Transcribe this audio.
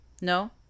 No